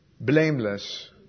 Blameless